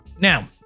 now